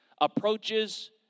approaches